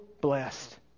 blessed